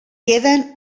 queden